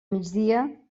migdia